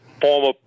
former